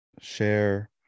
share